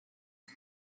uno